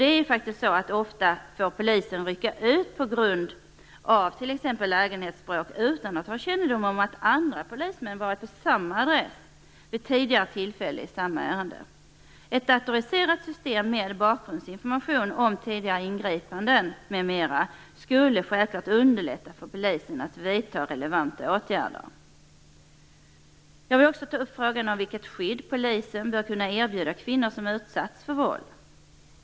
Det är faktiskt så att polisen ofta får rycka ut på grund av t.ex. lägenhetsbråk utan att ha kännedom om att andra polismän har varit i samma lägenhet vid tidigare tillfällen i samma ärende. Ett datoriserat system med bakgrundsinformation om tidigare ingripanden m.m. skulle självklart underlätta för polisen att vidta relevanta åtgärder. Jag vill också ta upp frågan vilket skydd polisen bör kunna erbjuda kvinnor som har utsatts för våld.